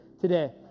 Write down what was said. today